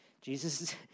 Jesus